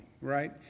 right